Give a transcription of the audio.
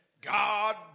God